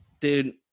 dude